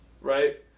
right